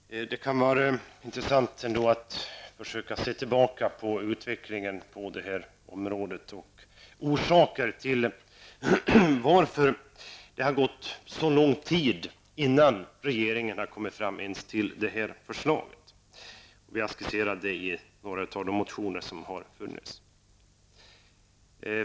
Herr talman! Det kan vara intressant att försöka se tillbaka på utvecklingen inom detta område och se vad som är orsaken till att det gått så lång tid innan regeringen har kommit fram till detta förslag. Vi har skisserat detta i några av de motioner som väckts.